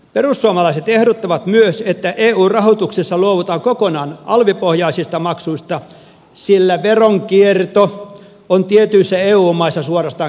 perussuomalaiset ehdottavat myös että eu rahoituksessa luovutaan kokonaan alvipohjaisista maksuista sillä veronkierto on tietyissä eu maissa suorastaan kansanhuvi